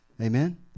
Amen